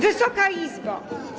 Wysoka Izbo!